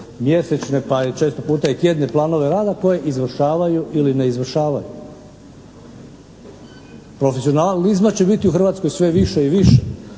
mjesečne, pa često puta i tjedne planove rada koje izvršavaju ili ne izvršavaju. Profesionalizma će biti u Hrvatskoj sve više i više,